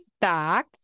back